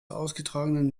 ausgetragenen